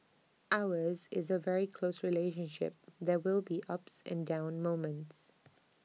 ours is A very close relationship there will be ups and down moments